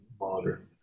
modern